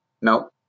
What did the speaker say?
No